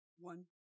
one